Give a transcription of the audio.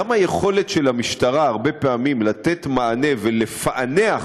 גם היכולת של המשטרה הרבה פעמים לתת מענה ולפענח